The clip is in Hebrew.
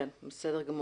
בסדר.